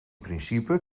principe